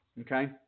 okay